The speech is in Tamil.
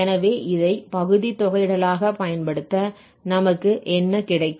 எனவே இதை பகுதி தொகையிடலாக பயன்படுத்த நமக்கு என்ன கிடைக்கும்